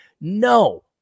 No